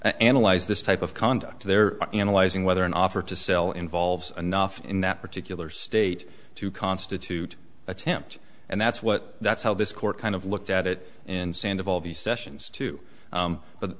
analyzed this type of conduct they're analyzing whether an offer to sell involves enough in that particular state to constitute attempt and that's what that's how this court kind of looked at it in sand of all the sessions to